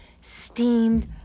steamed